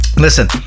Listen